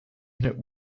unit